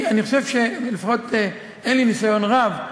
אין לי ניסיון רב,